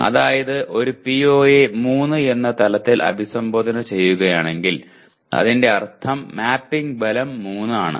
അതായത് ഒരു PO യെ 3 എന്ന തലത്തിൽ അഭിസംബോധന ചെയ്യണമെങ്കിൽ അതിന്റെ അർത്ഥം മാപ്പിംഗ് ബലം 3 ആണ് എന്നാണ്